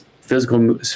physical